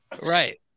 Right